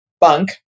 bunk